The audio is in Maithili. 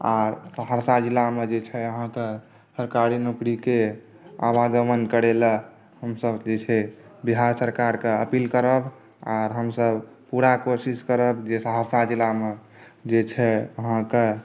आ सहरसा जिलामे जे छै से अहाँके सरकारी नौकरीके आवागमण करै लए हमसभ जे छै बिहार सरकारकेँ अपील करब आर हमसभ पुरा कोशिश करब जे सहरसा जिलामे जे छै अहाँकेॅं